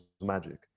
magic